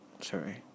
sorry